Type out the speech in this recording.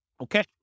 Okay